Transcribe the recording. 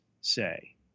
say